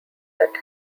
that